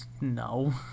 No